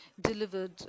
delivered